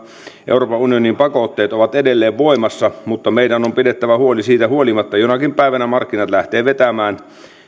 euroopan unionin pakotteet ovat edelleen voimassa mutta meidän on pidettävä huoli siitä huolimatta siitä että jonakin päivänä markkinat lähtevät vetämään